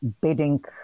bidding